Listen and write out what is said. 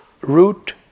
root